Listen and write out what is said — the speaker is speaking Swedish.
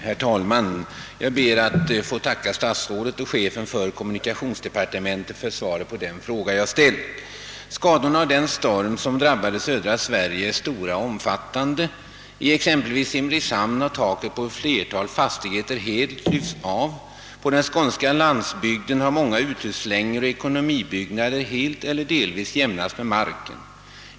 Herr talman! Jag ber att få tacka statsrådet och chefen för kommunikationsdepartementet för svaret på min fråga. Skadorna av den storm som den 17 oktober drabbade södra Sverige är omfattande. I exempelvis Simrishamn har taken på ett flertal fastigheter helt lyfts av. På den skånska landsbygden har många uthuslängor och ekonomibyggnader helt eller delvis jämnats med marken.